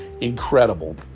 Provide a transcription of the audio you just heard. incredible